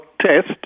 test